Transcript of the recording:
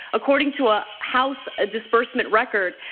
according to a house ah disbursement record.